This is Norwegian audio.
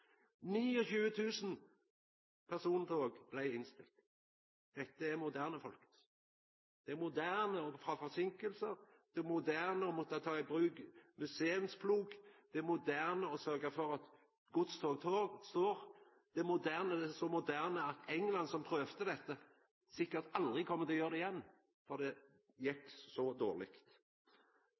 29 000 persontog blei innstilte. Dette er «moderne», folkens. Det er «moderne» å ha forseinkingar, det er «moderne» å måtta ta i bruk museumsplog, det er «moderne» å sørga for at godstog står, det er så «moderne» at England som prøvde dette, sikkert aldri kjem til å gjera det igjen, for det gjekk så dårleg.